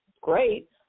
great